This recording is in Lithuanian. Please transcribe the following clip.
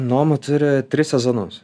noma turi tris sezonus